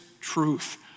truth